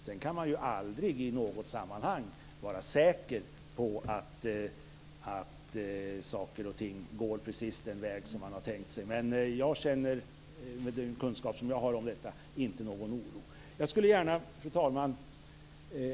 Sedan kan man ju aldrig i något sammanhang vara säker på att saker och ting går precis den väg som man har tänkt sig. Men med den kunskap som jag har om detta känner jag inte någon oro. Fru talman!